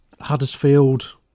Huddersfield